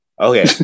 Okay